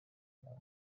droed